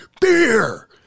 beer